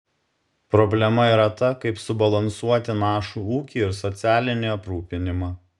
problema yra ta kaip subalansuoti našų ūkį ir socialinį aprūpinimą